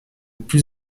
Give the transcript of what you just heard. plus